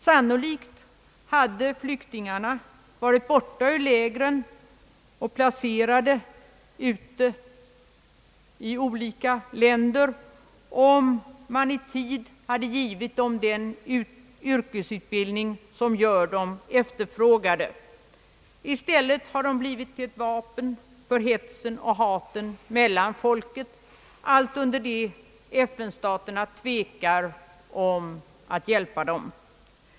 Sannolikt hade flyktingarna varit borta ur lägren och utplacerade i olika länder om man i tid hade givit dem en yrkesutbildning som gör dem efterfrågade, I stället har de blivit ett vapen för hetsen och hatet mellan folken, allt under det att FN-staterna tvekar om att hjälpa dem.